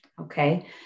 okay